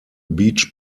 beach